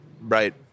right